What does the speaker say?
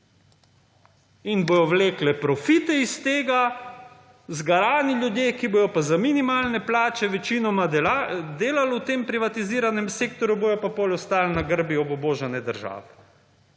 Bodo vlekle profite iz tega, zgarani ljudje, ki bodo pa za minimalne plače večinoma delali v tem privatiziranem sektorju bodo pa, potem ostali na grbi obubožane države.